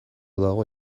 dago